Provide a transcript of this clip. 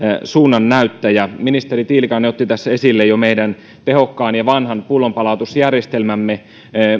suunnannäyttäjä ministeri tiilikainen otti tässä esille jo meidän tehokkaan ja vanhan pullonpalautusjärjestelmämme